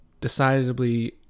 decidedly